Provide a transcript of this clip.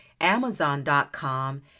Amazon.com